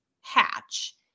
hatch